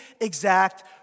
exact